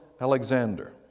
Alexander